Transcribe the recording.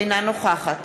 אינה נוכחת